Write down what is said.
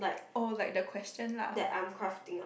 oh like the question lah